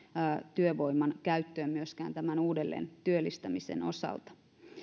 työvoiman käyttöön myöskään tämän uudelleentyöllistämisen osalta